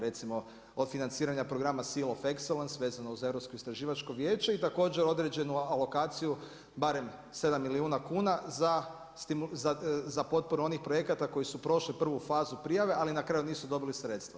Recimo od financiranja programa … of excellence vezano uz Europsko istraživačko vijeće i također određenu alokaciju barem 7 milijuna kuna za potporu onih projekata koji su prošli prvu fazu prijave, ali na kraju nisu dobili sredstva.